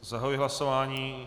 Zahajuji hlasování.